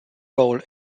role